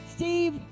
Steve